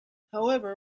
however